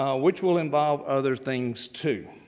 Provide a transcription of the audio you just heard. ah which will involve other things too.